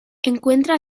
encuentra